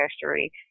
history